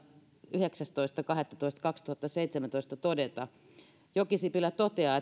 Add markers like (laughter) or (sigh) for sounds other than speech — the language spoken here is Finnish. yhdeksästoista kahdettatoista kaksituhattaseitsemäntoista todeta jokisipilä toteaa (unintelligible)